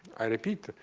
i repeat.